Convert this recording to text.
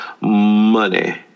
money